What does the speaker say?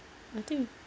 I think